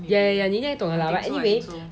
ya ya ya 你应该懂了 lah but anyway